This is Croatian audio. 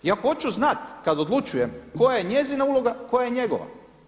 Ja hoću znati kada odlučujem koja je njezina uloga, koja je njegova.